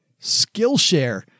Skillshare